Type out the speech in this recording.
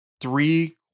three